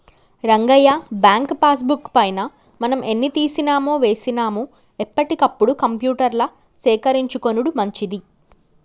Rangayya bank passbook పైన మనం ఎన్ని తీసినామో వేసినాము ఎప్పటికప్పుడు కంప్యూటర్ల సేకరించుకొనుడు మంచిది